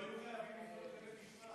ולא יהיו חייבים לפנות אל בית-משפט.